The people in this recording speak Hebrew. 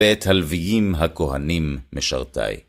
בית הלוויים הכהנים משרתי